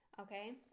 Okay